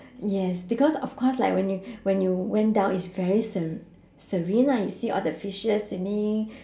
yes because of course like when you when you went down is very sere~ serene lah you see all the fishes swimming